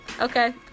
Okay